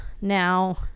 Now